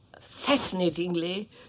fascinatingly